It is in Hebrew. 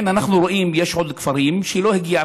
אנחנו רואים שיש עוד כפרים שלשם לא הגיע,